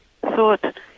thought